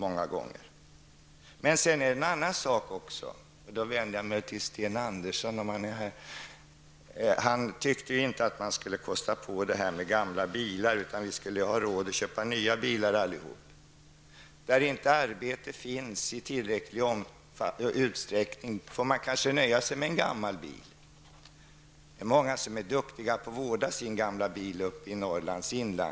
Jag vill sedan vända mig till Sten Andersson i Malmö. Han tyckte inte att man skulle kosta på gamla bilar så mycket utan att vi skulle ha råd att köpa nya bilar. Men där inte arbete finns i tillräcklig utsträckning, får man kanske nöja sig med en gammal bil. Många uppe i Norrlands inland är duktiga på att vårda sin gamla bil.